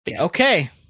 Okay